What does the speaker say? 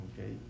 okay